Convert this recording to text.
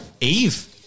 Eve